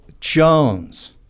Jones